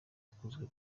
akunzwe